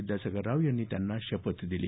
विद्यासागर राव यांनी त्यांना शपथ दिली